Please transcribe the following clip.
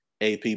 AP